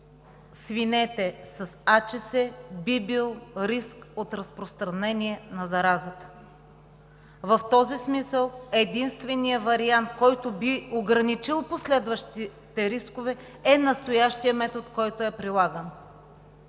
африканска чума, би бил риск от разпространение на заразата. В този смисъл единственият вариант, който би ограничил последващите рискове е настоящият метод, който е прилаган.